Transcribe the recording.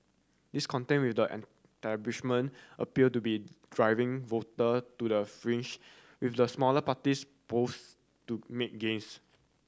discontent with the appear to be driving voter to the fringe with the smaller parties poise to make gains